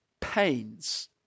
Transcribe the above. pains